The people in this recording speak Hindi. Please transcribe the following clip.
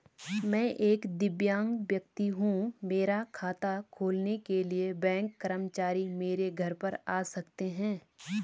मैं एक दिव्यांग व्यक्ति हूँ मेरा खाता खोलने के लिए बैंक कर्मचारी मेरे घर पर आ सकते हैं?